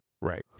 Right